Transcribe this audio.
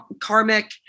karmic